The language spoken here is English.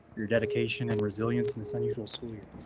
your dedication and resilience in this unusual school year.